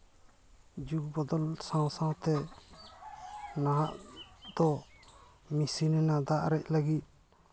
ᱡᱩᱜᱽ ᱵᱚᱫᱚᱞ ᱥᱟᱶ ᱥᱟᱶᱛᱮ ᱱᱟᱦᱟᱜ ᱫᱚ ᱢᱮᱥᱤᱱ ᱨᱮᱱᱟᱜ ᱫᱟᱜ ᱟᱨᱮᱡ ᱞᱟᱹᱜᱤᱫ